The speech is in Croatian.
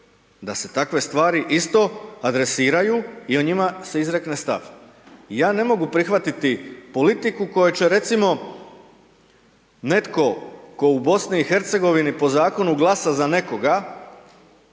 da se takve stvari isto adresiraju i o njima se izrekne stav. Ja ne mogu prihvatiti politiku koju će recimo, netko tko u BiH po zakonu glasa za nekoga,